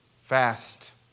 fast